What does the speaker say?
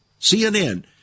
CNN